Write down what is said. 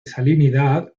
salinidad